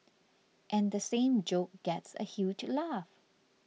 and the same joke gets a huge laugh